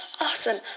awesome